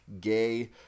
gay